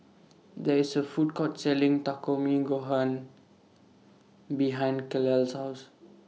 There IS A Food Court Selling Gohan behind Kael's House